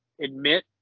admit